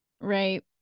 Right